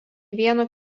vieno